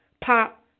pop